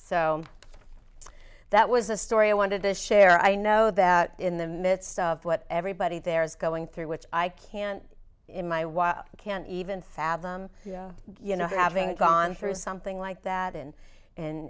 so that was a story i wanted to share i know that in the midst of what everybody there is going through which i can't in my wife can't even fathom you know having gone through something like that in and